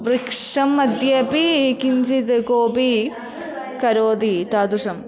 वृक्षं मध्येपि किञ्चित् कोपि करोति तादृशम्